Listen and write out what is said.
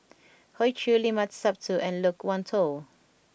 Hoey Choo Limat Sabtu and Loke Wan Tho